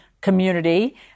community